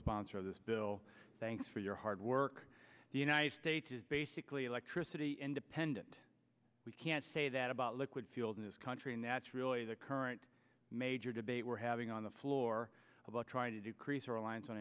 sponsor of this bill thanks for your hard work the united states is basically electricity independent we can't say that about liquid fuels in this country and that's really the current major debate we're having on the floor about trying to decrease or reliance on